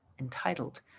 entitled